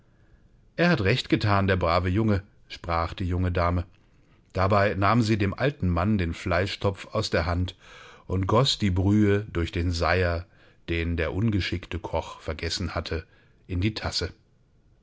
er hat recht gethan der brave junge sprach die junge dame dabei nahm sie dem alten mann den fleischtopf aus der hand und goß die brühe durch den seiher den der ungeschickte koch vergessen hatte in die tasse